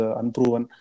unproven